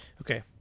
Okay